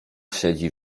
siedzi